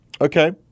Okay